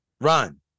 run